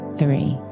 three